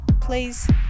please